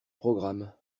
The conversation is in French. programme